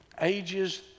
ages